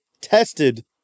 tested